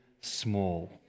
small